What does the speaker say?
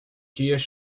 dias